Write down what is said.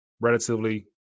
relatively